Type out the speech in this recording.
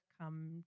come